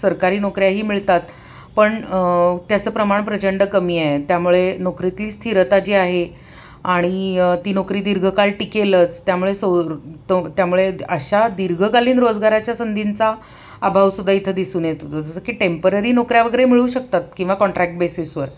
सरकारी नोकऱ्याही मिळतात पण त्याचं प्रमाण प्रचंड कमी आहे त्यामुळे नोकरीतली स्थिरता जी आहे आणि ती नोकरी दीर्घकाल टिकेलच त्यामुळे सौ तो त्यामुळे अशा दीर्घकालीन रोजगाराच्या संधींचा अभावसुद्धा इथं दिसून येतो जसं की टेम्पररी नोकऱ्या वगैरे मिळू शकतात किंवा कॉन्ट्रॅक्ट बेसिसवर